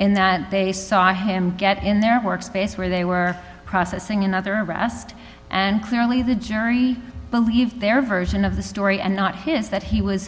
in that they saw him get in their work space where they were processing another arrest and clearly the jury believed their version of the story and not his that he was